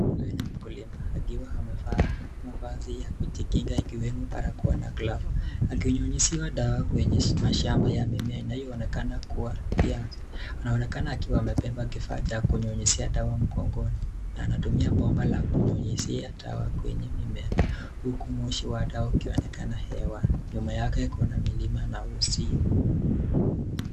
Huyu ni mkulima akiwa amevaa mavazi ya kujikinga yakiwemo barakoa na glavu akinyunyizia dawa kwenye Mashamba ya mimea inayoonekana kuwa ya viazi inaonekana amebeba kifaa cha kunyunyuzia dawa mgongoni na anatumia gomba ya kunyunyuzia dawa kwenye mimia huku moshi ukionekana hewani nyuma yake milimana husio...